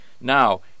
Now